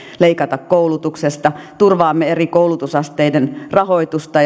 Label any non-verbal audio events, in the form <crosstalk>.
leikata koulutuksesta turvaamme eri koulutusasteiden rahoitusta <unintelligible>